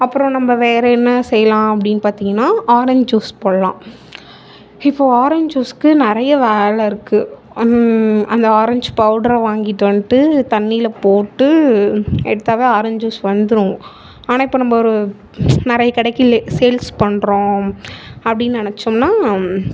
அப்புறம் நம்ம வேறு என்ன செய்யலாம் அப்படின்னு பார்த்தீங்கன்னா ஆரஞ்ச் ஜூஸ் போடலாம் இப்போது ஆரஞ்ச் ஜூஸ்க்கு நிறைய வேலை இருக்குது அந்த ஆரஞ்ச் பவுடரை வாங்கிட்டு வந்துட்டு தண்ணியில் போட்டு எடுத்தாவே ஆரஞ்ச் ஜூஸ் வந்துவிடும் ஆனால் இப்போது நம்ம ஒரு நிறைய கடைக்கு சேல்ஸ் பண்ணுறோம் அப்படின்னு நினைச்சோம்னா